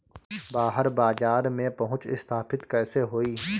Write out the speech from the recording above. बाहर बाजार में पहुंच स्थापित कैसे होई?